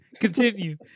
continue